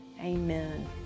amen